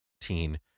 teen